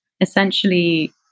essentially